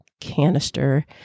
canister